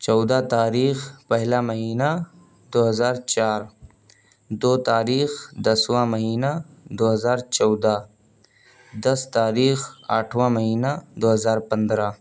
چودہ تاریخ پہلا مہینہ دو ہزار چار دو تاریخ دسواں مہینہ دو ہزار چودہ دس تاریخ آٹھواں مہینہ دو ہزار پندرہ